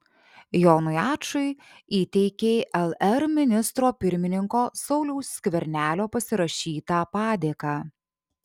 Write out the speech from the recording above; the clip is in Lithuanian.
jonui ačui įteikė lr ministro pirmininko sauliaus skvernelio pasirašytą padėką